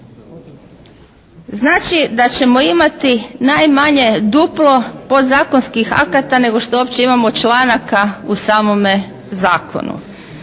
Znači, da ćemo imati najmanje duplo podzakonskih akata nego što uopće imamo članaka u samome zakonu.